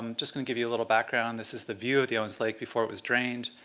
um just gonna give you a little background. this is the view of the owens lake before it was drained.